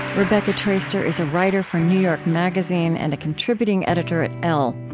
rebecca traister is a writer for new york magazine and a contributing editor at elle.